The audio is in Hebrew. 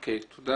תודה.